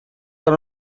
are